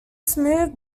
smooth